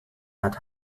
had